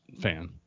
fan